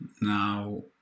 now